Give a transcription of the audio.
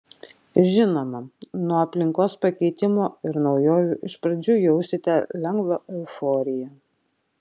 žinoma nuo aplinkos pakeitimo ir naujovių iš pradžių jausite lengvą euforiją